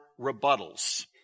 rebuttals